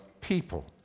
people